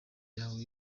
yawe